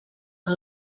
que